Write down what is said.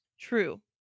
True